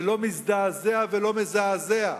ולא מזדעזע ולא מזעזע.